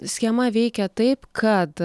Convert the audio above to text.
schema veikia taip kad